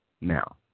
now